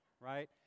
right